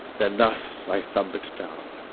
then thus i thump it down.